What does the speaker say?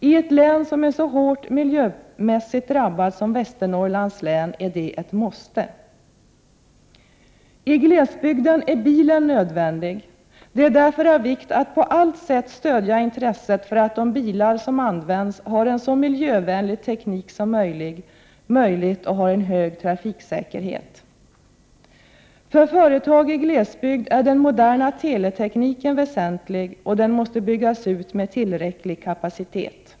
I ett län som är så hårt miljömässigt drabbat som Västernorrlands län är det ett måste. I glesbygden är bilen nödvändig. Det är därför av vikt att på allt sätt stödja intresset för att de bilar som används får en så miljövänlig teknik som möjligt och att de har en hög trafiksäkerhet. För företag i glesbygd är den moderna teletekniken väsentlig, och den måste byggas ut med tillräcklig kapacitet.